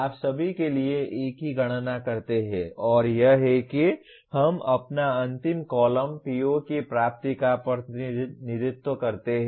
आप सभी के लिए एक ही गणना करते हैं और यह है कि हम अपना अंतिम कॉलम PO की प्राप्ति का प्रतिनिधित्व करते हैं